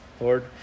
Lord